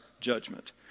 judgment